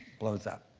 blows up.